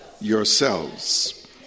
yourselves